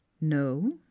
no